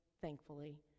thankfully